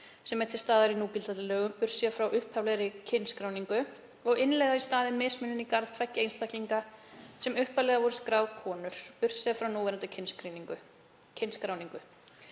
(sem er til staðar í núgildandi lögum, burt séð frá upphaflegri kynskráningu) og innleiða í staðinn mismunun í garð tveggja einstaklinga sem upphaflega voru skráð konur (burt séð frá núverandi kynskráningu).“